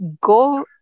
go